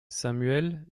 samuel